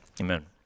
amen